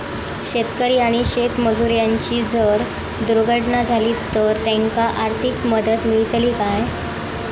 शेतकरी आणि शेतमजूर यांची जर दुर्घटना झाली तर त्यांका आर्थिक मदत मिळतली काय?